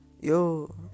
yo